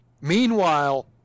Meanwhile